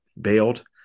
bailed